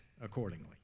accordingly